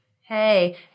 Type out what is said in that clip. hey